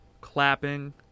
clapping